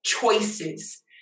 choices